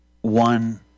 one